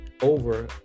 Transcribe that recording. over